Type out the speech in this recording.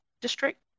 District